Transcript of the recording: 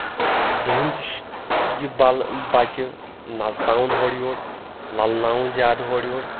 زہٕنۍ تہِ یہِ بل بچہِ نژناوُن ہورٕ یور للناوُن زیادٕ ہورٕ یور